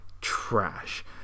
trash